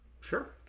Sure